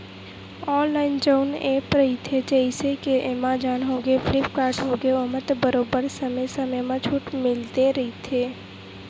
online जउन app रहिथे जइसे के एमेजॉन होगे, फ्लिपकार्ट होगे ओमा तो बरोबर समे समे म छूट मिलते रहिथे